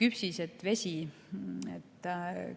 küpsised, vesi, et